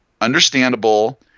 understandable